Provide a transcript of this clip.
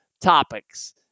topics